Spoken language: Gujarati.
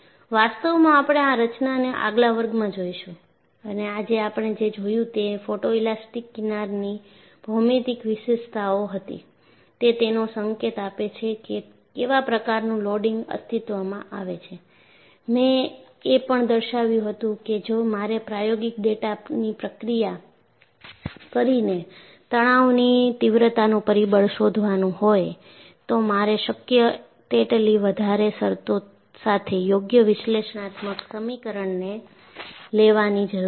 વાસ્તવમાં આપણે આ રચનાને આગલા વર્ગમાં જોઈશું અને આજે આપણે જે જોયું તે ફોટોએલાસ્ટિક કિનારની ભૌમિતિક વિશેષતાઓ હતી તે તેનો સંકેત આપે છે કે કેવા પ્રકારનું લોડિંગ અસ્તિત્વમાં આવે છે મેં એ પણ દર્શાવ્યું હતું કે જો મારે પ્રાયોગિક ડેટાની પ્રક્રિયા કરીને તણાવની તીવ્રતાનું પરિબળ શોધવાનું હોય તો મારે શક્ય તેટલી વધારે શરતો સાથે યોગ્ય વિશ્લેષણાત્મક સમીકરણને લેવાની જરૂર છે